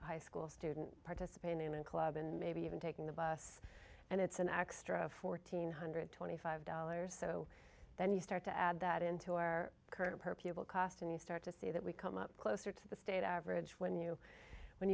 school student participate in the human club and maybe even taking the bus and it's an extra fourteen hundred twenty five dollars so then you start to add that into our current per pupil cost and you start to see that we come up closer to the state average when you when